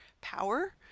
power